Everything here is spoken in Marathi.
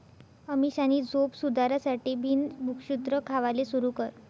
अमीषानी झोप सुधारासाठे बिन भुक्षत्र खावाले सुरू कर